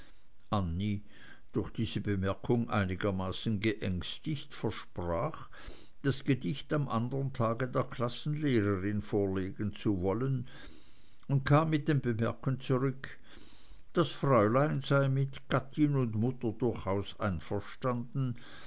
durch diese bemerkung einigermaßen geängstigt versprach das gedicht am andern tag der klassenlehrerin vorlegen zu wollen und kam mit dem bemerken zurück das fräulein sei mit gattin und mutter durchaus einverstanden